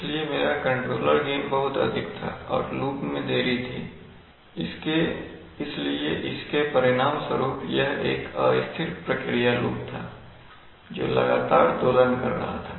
इसलिए मेरा controller gain बहुत अधिक था और लूप में देरी थी इसलिए इसके परिणामस्वरूप यह एक अस्थिर प्रक्रिया लूप था जो लगातार दोलन कर रहा था